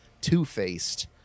two-faced